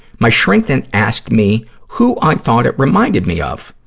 my shrink then asked me who i thought it reminded me of.